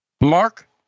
Mark